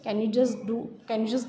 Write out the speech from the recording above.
can you just do can you just